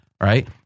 right